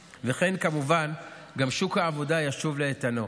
וכן, כמובן, גם שוק העבודה ישוב לאיתנו.